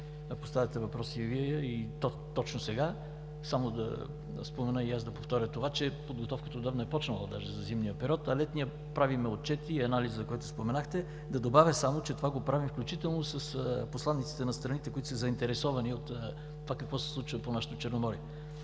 че поставяте въпроси, и то точно сега. Само да спомена и да повторя, че подготовката отдавна е почнала даже за зимния период, а за летния правим отчети и анализа, за който споменахте. Да добавя само, че това го правим включително с посланиците на страните, които са заинтересовани какво се случва по нашето Черноморие.